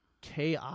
KI